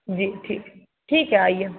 जी ठीक ठीक है आइए